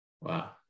Wow